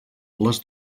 les